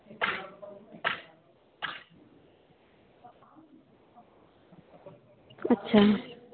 ᱟᱪᱪᱷᱟ